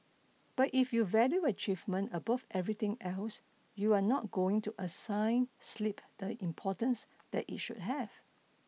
but if you value achievement above everything else you're not going to assign sleep the importance that it should have